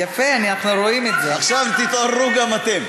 עכשיו תתעוררו גם אתם.